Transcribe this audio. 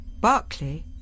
Barclay